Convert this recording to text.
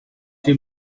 two